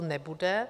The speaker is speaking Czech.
Nebude.